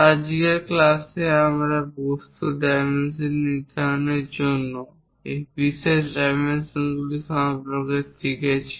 আজকের ক্লাসে আমরা বস্তুর ডাইমেনশন নির্ধারণের জন্য এই বিশেষ ডাইমেনশনগুলি সম্পর্কে শিখেছি